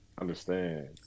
understand